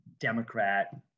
Democrat